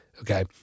Okay